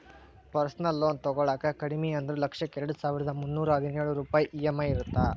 personal loan ತೊಗೊಳಾಕ ಕಡಿಮಿ ಅಂದ್ರು ಲಕ್ಷಕ್ಕ ಎರಡಸಾವಿರ್ದಾ ಮುನ್ನೂರಾ ಹದಿನೊಳ ರೂಪಾಯ್ ಇ.ಎಂ.ಐ ಇರತ್ತ